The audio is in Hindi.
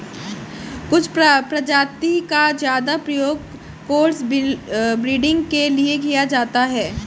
कुछ प्रजाति का ज्यादा प्रयोग क्रॉस ब्रीडिंग के लिए किया जाता है